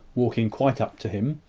walking quite up to him,